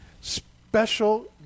special